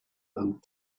and